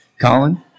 Colin